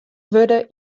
wurde